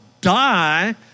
die